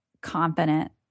confident